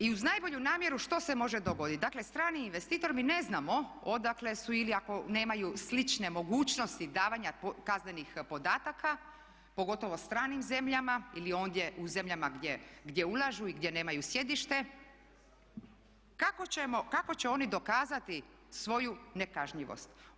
I uz najbolju namjeru što se može dogoditi, dakle strani investitor mi ne znamo odakle su ili ako nemaju slične mogućnosti davanja kaznenih podataka pogotovo stranim zemljama ili ondje u zemljama gdje ulažu i gdje nemaju sjedište kako će oni dokazati svoju nekažnjivost.